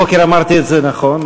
הבוקר אמרתי את זה נכון,